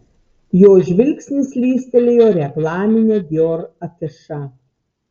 jo žvilgsnis slystelėjo reklamine dior afiša